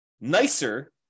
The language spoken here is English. nicer